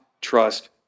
trust